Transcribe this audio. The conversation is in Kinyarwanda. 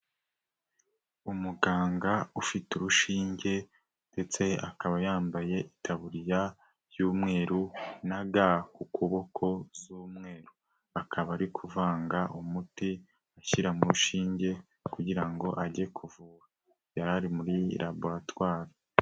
Umuganga ufite urushinge ndetse akaba yambaye itaburiya y'umweru, na ga ku kuboko z'umweru, akaba ari kuvanga umuti ashyira mu shinge, kugira ngo ajye kuvura yari ari muri laboratware.